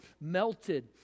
melted